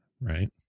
right